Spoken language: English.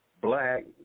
black